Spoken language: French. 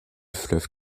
fleuve